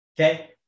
okay